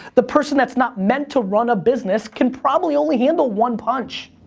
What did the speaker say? the person that's not meant to run a business, can probably only handle one punch,